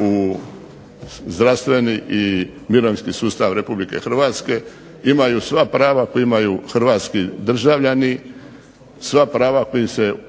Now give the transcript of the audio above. u zdravstveni i mirovinski sustav republike Hrvatske, imaju sva prava koja imaju Hrvatski državljani, sva prava